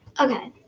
Okay